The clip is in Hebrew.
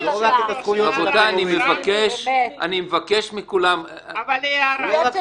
אני מבקש מכולם -- אבל הערה...